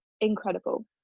incredible